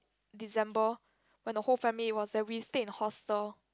December when the whole family was there we stayed in hostel